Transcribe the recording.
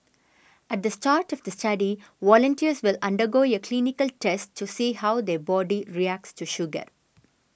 at the start of the study volunteers will undergo a clinical test to see how their body reacts to sugar